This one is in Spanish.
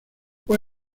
fue